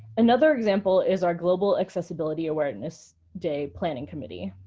another example is our global accessibility awareness day planning committee.